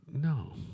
No